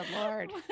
lord